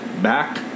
back